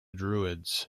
druids